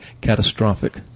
catastrophic